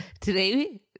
today